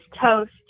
toast